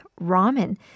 ramen